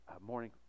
morning